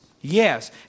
yes